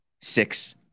six